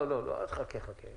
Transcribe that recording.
לא לא לא, אז חכה, חכה.